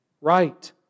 right